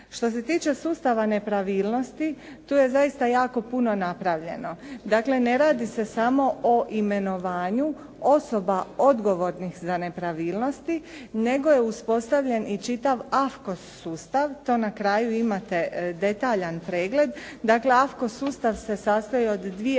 Što se tiče sustava nepravilnosti, tu je zaista jako puno napravljeno. Dakle ne radi se samo o imenovanju osoba odgovornih za nepravilnosti nego je uspostavljen i čitav AFKO sustav, to na kraju imate detaljan pregled. Dakle AFKO sustav se sastoji od dvije